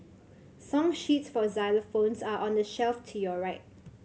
song sheets for xylophones are on the shelf to your right